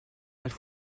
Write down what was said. elles